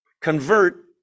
Convert